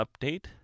update